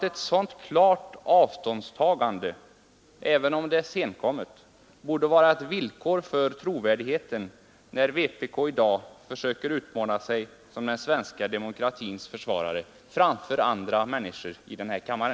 Ett sådant klart avståndstagande, även om det är senkommet, borde vara ett villkor för trovärdighet, när vpk i dag försöker utmåla sig som den svenska demokratins försvarare framför andra i denna kammare.